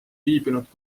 viibinud